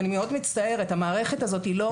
אני מאוד מצטערת, המערכת הזאת היא לא